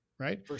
right